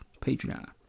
Patreon